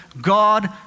God